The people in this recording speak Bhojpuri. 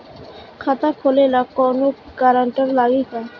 खाता खोले ला कौनो ग्रांटर लागी का?